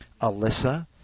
Alyssa